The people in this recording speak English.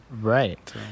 right